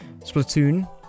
Splatoon